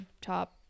top